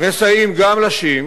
מסייעים גם לשיעים